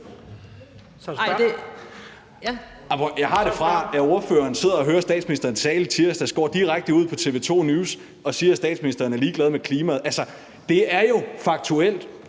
jeg har det fra? Ja, ordføreren sidder og hører statsministeren tale i tirsdags og går direkte ud på TV 2 News og siger, at statsministeren er ligeglad med klimaet. Altså, det er jo fakta,